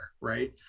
right